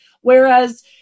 Whereas